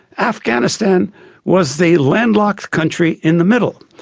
afghanistan was the landlocked country in the middle.